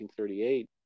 1938